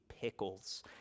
pickles